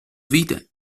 vide